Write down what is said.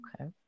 okay